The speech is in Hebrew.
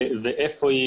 היכן היא,